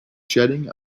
jetting